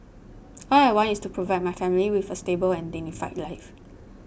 all I want is to provide my family with a stable and dignified life